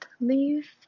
leave